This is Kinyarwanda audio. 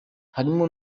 harimo